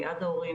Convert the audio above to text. ליד ההורים